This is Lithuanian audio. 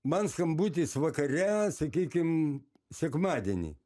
man skambutis vakare sakykim sekmadienį